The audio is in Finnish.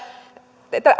että